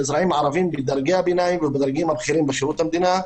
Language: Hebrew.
אזרחים ערבים בדרגי הביניים ובדרגים הבכירים בשירות המדינה,